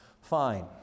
fine